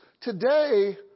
today